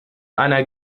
einer